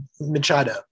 Machado